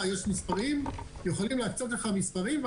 ויכולים להקצות לך מספרים,